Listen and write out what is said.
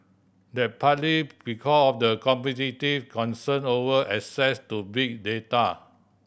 that's partly because of competitive concern over access to big data